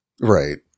Right